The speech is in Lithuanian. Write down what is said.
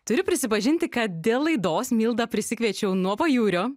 turiu prisipažinti kad dėl laidos mildą prisikviečiau nuo pajūrio